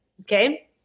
okay